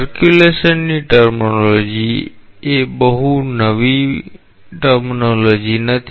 પરિભ્રમણની પરિભાષા એ બહુ નવી પરિભાષા નથી